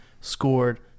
scored